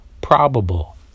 probable